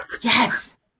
Yes